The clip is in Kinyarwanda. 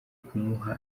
kumuha